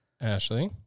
Ashley